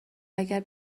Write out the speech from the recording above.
اگر